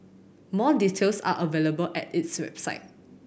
more details are available at its website